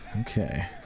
Okay